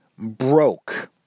broke